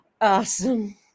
Awesome